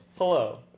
Hello